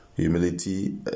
humility